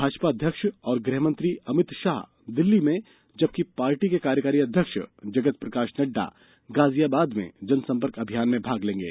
भाजपा अध्यक्ष और गृह मंत्री अमित शाह दिल्ली में जबकि पार्टी के कार्यकारी अध्यक्ष जगत प्रकाश नड्डा गाजियाबाद में जनसम्पर्क अभियान में भाग लेंगे